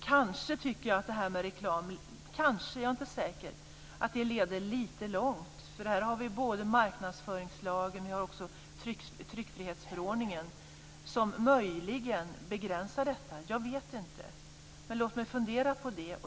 Kanske, jag är inte säker, tycker jag att detta med reklam leder lite långt, för här finns både marknadsföringslagen och tryckfrihetsförordningen som möjligen begränsar detta. Jag vet inte, men låt mig fundera på det.